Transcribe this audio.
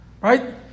Right